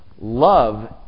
Love